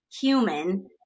human